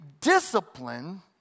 discipline